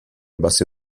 basse